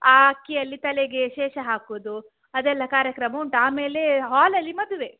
ಆ ಅಕ್ಕಿಯಲ್ಲಿ ತಲೆಗೆ ಶೇಷ ಹಾಕುದು ಅದೆಲ್ಲ ಕಾರ್ಯಕ್ರಮ ಉಂಟು ಆಮೇಲೆ ಹೋಲಲ್ಲಿ ಮದುವೆ